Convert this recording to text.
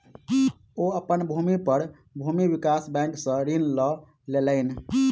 ओ अपन भूमि पर भूमि विकास बैंक सॅ ऋण लय लेलैन